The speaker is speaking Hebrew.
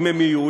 אם יהיו.